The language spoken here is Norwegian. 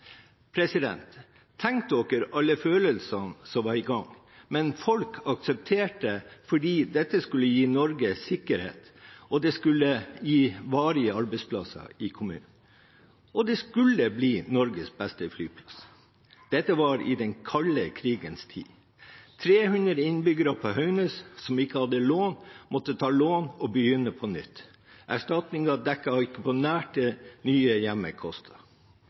alle følelsene som var i gang, men folk aksepterte det, for dette skulle gi Norge sikkerhet, og det skulle gi varige arbeidsplasser i kommunen. Og det skulle bli Norges beste flyplass. Dette var i den kalde krigens tid. 300 innbyggere på Haugnes som ikke hadde lån, måtte ta lån og begynne på nytt. Erstatningen dekket ikke på